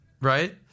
right